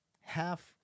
half